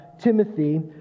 Timothy